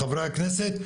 חברי הכנסת,